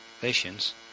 patients